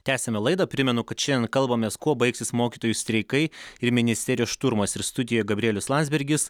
tęsiame laidą primenu kad šiandien kalbamės kuo baigsis mokytojų streikai ir ministerijos šturmas ir studijoje gabrielius landsbergis